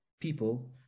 people